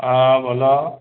হ্যাঁ বলো